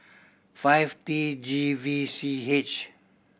five T G V C H